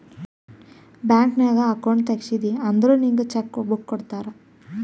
bank ನಾಗ್ account ತೆಗ್ಸಿದಿ ಅಂದುರ್ ನಿಂಗ್ ಚೆಕ್ ಬುಕ್ ಕೊಡ್ತಾರ್